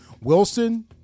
Wilson